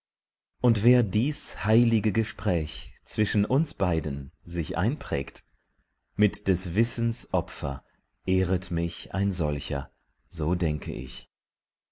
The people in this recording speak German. und wer dies heilige gespräch zwischen uns beiden sich einprägt mit des wissens opfer ehret mich ein solcher so denke ich